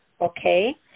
Okay